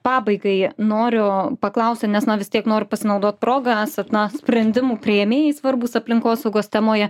pabaigai noriu paklausti nes na vis tiek noriu pasinaudot proga esat na sprendimų priėmėjai svarbūs aplinkosaugos temoje